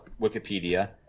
Wikipedia